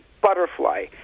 butterfly